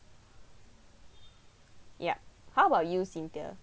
ya how about you cynthia